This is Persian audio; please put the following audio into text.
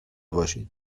باشید